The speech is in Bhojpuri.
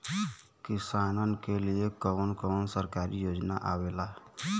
किसान के लिए कवन कवन सरकारी योजना आवेला?